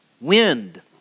wind